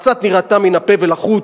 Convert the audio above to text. קצת נראתה מן הפה ולחוץ,